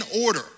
order